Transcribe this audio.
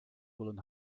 willen